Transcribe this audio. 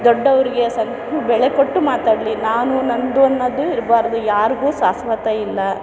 ದೊಡ್ದವ್ರಿಗೆ ಸ್ವಲ್ಪ ಬೆಳೆ ಕೊಟ್ಟು ಮಾತಾಡಲಿ ನಾನು ನಂದು ಅನ್ನೋದು ಇರಬಾರ್ದು ಯಾರಿಗೂ ಶಾಶ್ವತ ಇಲ್ಲ